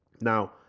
Now